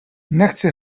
nechci